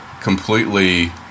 completely